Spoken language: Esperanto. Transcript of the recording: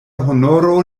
honoro